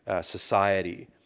society